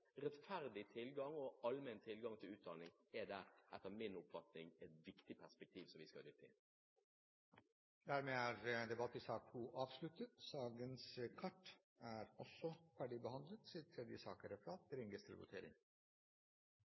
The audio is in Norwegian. Rettferdig og allmenn tilgang til utdanning er der – etter min oppfatning – et viktig perspektiv, som vi skal lytte til. Debatten i sak nr. 2 er avsluttet. Da er Stortinget klart til å gå til votering. Under debatten er